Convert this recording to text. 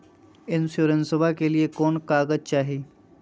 इंसोरेंसबा के लिए कौन कागज चाही?